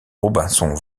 robinson